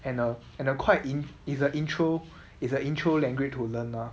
and uh and uh quite in it's a intro it's an intro language to learn lah